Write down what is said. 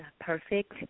perfect